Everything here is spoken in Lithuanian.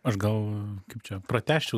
aš gal kaip čia pratęsčiau